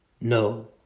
No